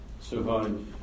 survive